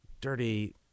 Dirty